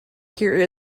here